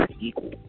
equal